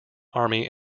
army